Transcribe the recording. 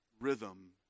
rhythm